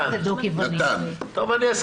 אני מכיר